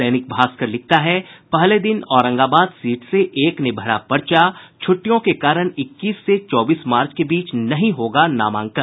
दैनिक भास्कर लिखता है पहले दिन औरंगाबाद सीट से एक ने भरा पर्चा छुट्टियों के कारण इक्कीस से चौबीस मार्च के बीच नहीं होगा नामांकन